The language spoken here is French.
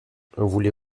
voulez